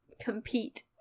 compete